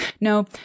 No